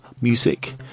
music